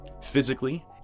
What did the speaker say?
Physically